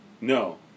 No